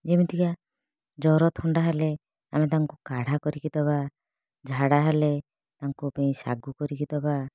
ଯେମିତିକା ଜର ଥଣ୍ଡା ହେଲେ ଆମେ ତାଙ୍କୁ କାଢ଼ା କରିକି ଦେବା ଝାଡ଼ା ହେଲେ ତାଙ୍କ ପାଇଁ ଶାଗୁ କରିକି ଦେବା